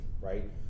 right